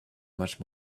much